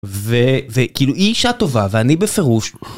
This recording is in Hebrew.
וכאילו היא אישה טובה ואני בפירוש.